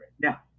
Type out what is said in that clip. Now